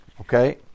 okay